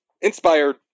inspired